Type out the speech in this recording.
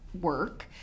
work